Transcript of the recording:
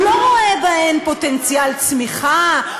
הוא לא רואה בהן פוטנציאל צמיחה,